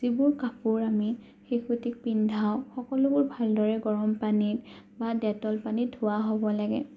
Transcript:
যিবোৰ কাপোৰ আমি শিশুটিক পিন্ধাওঁ সকলোবোৰ ভালদৰে গৰম পানীত বা ডেটল পানীত ধোৱা হ'ব লাগে